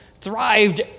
thrived